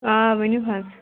آ ؤنِو حظ